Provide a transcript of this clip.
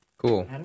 Cool